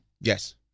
Yes